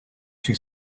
she